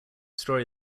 story